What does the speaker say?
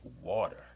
water